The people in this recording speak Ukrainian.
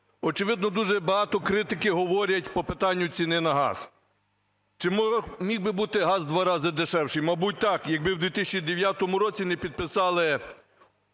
Очевидно, дуже багато критики говорять по питанню ціни на газ. Чи міг би бути газ у два рази дешевший? Мабуть, так, якби у 2009 році не підписали